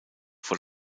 vor